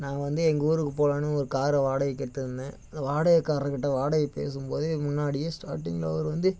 நான் வந்து எங்கள் ஊருக்கு போலாம்னு ஒரு காரை வாடகைக்கு எடுத்திருந்தேன் அந்த வாடகைக்கார்ரு கிட்ட வாடகை பேசும்போது முன்னாடியே ஸ்டார்டிங்ல அவர் வந்து